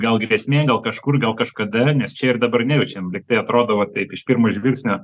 gal grėsmė gal kažkur gal kažkada nes čia ir dabar nejaučiam lyg tai atrodo va taip iš pirmo žvilgsnio